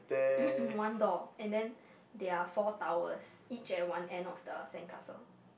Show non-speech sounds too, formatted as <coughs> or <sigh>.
<coughs> one door and then there are four towers each at one end of the sand castle